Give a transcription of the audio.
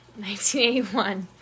1981